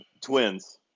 Twins